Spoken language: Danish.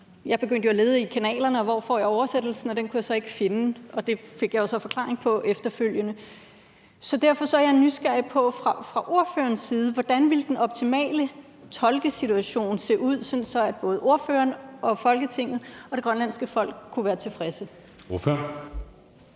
jeg begyndte jo at lede i kanalerne efter, hvor jeg får oversættelsen, og den kunne jeg så ikke finde. Det fik jeg jo så forklaring på efterfølgende. Derfor er jeg nysgerrig på at høre fra ordføreren, hvordan den optimale tolkesituation ville se ud, sådan at både ordføreren og Folketinget og det grønlandske folk kunne være tilfredse. Kl.